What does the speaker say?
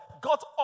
got